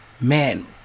man